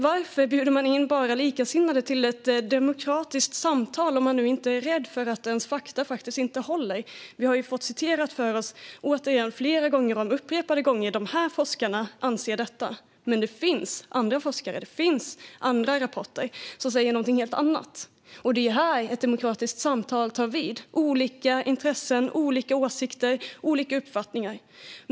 Varför bjuder man bara in likasinnade till ett demokratiskt samtal om man inte är rädd för att ens fakta inte håller? Vi har upprepade gånger fått höra att dessa forskare anser detta. Men det finns andra forskare och rapporter som säger något helt annat. Det är här ett demokratiskt samtal tar vid med olika intressen, olika åsikter och olika uppfattningar.